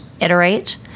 iterate